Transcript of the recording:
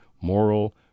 moral